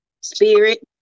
spirit